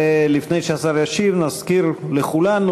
לפני שהשר ישיב נזכיר לכולנו,